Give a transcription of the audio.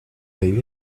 said